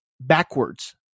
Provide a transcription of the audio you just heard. backwards